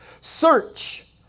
Search